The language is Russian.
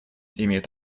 имеет